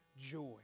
joy